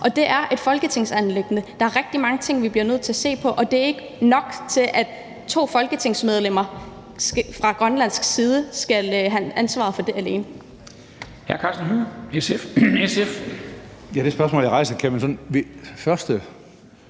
og det er et folketingsanliggende. Der er rigtig mange ting, vi bliver nødt til at se på, og det er ikke nok, at to folketingsmedlemmer fra Grønlands side skal have ansvaret for det alene.